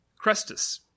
Crestus